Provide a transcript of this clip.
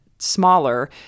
smaller